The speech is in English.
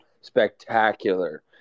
spectacular